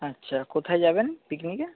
আচ্ছা কোথায় যাবেন পিকনিকে